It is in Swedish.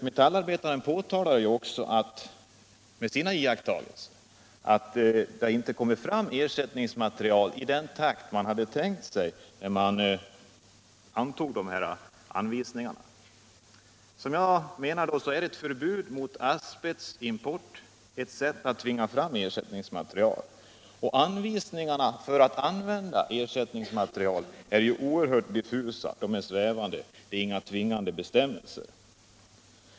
Metallarbetaren påtalar ju också att det inte kommit fram ersättningsmaterial i den takt man tänkte sig, när man antog anvisningarna. Jag menar alltså att ett förbud mot asbestimport är ett sätt att framtvinga ersättningsmaterial. Anvisningarna för användning av ersättningsmaterial är ju också oerhört diffusa, och de är inte tvingande.